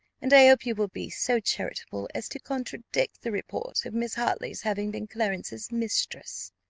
and i hope you will be so charitable as to contradict the report of miss hartley's having been clarence's mistress.